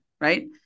Right